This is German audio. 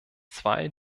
zwei